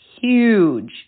Huge